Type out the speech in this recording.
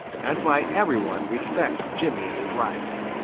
and why every one respects jimmy and his rights.